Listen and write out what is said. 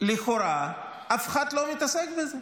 ולכאורה אף אחד לא מתעסק בזה.